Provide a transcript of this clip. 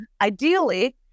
ideally